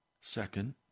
Second